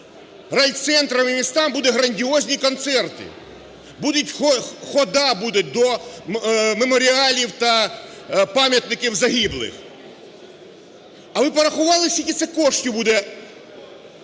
райцентрам і містам будуть грандіозні концерти, буде хода буде до меморіалів та пам'ятників загиблих. А ви порахували, скільки це коштів буде